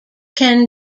can